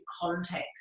context